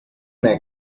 there